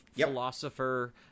philosopher